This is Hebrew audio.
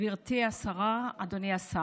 גברתי השרה, אדוני השר,